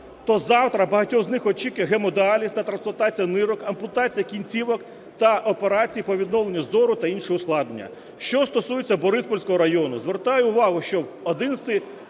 то завтра багатьох з них очікує гемодіаліз та трансплантація нирок, ампутація кінцівок та операції по відновленню зору, та інші ускладнення. Що стосується Бориспільського району, звертаю увагу, що в 11